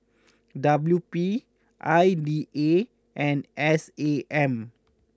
W P I D A and S A M